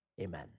amen